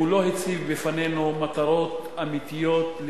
והוא לא הציב בפנינו מטרות אמיתיות של